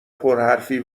پرحرفی